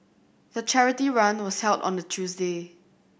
the charity run was held on a Tuesday